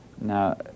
Now